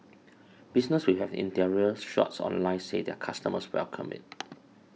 businesses which have their interior shots online said their customers welcome it